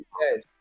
yes